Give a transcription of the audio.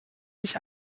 sich